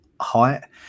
height